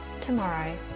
tomorrow